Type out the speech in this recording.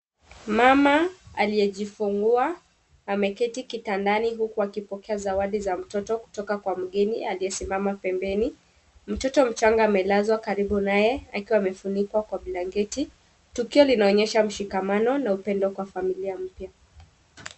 Mama aliyejifunguwa ameketi kitandani huku akipokea zawadi za mtoto ukitoka kwa mgeni aliyesimama pembeni, mtoto mchanga amelazwa karibu naye akiwa amefunikwa kwa blanketi ,tukio linaonyesha mshikamano na upendo katika familia mpya.